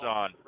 on